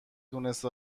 دونسته